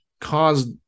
caused